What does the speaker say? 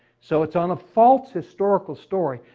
so it's on a false historical story,